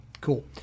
Cool